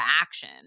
action